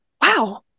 wow